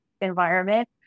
environment